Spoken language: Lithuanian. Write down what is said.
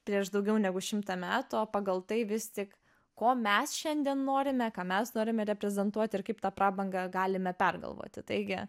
prieš daugiau negu šimtą metų o pagal tai vis tik ko mes šiandien norime ką mes norime reprezentuoti ir kaip tą prabangą galime pergalvoti taigi